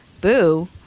Boo